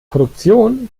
produktion